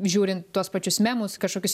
žiūrint į tuos pačius memus į kažkokius